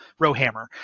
Rowhammer